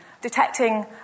detecting